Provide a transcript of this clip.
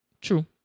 True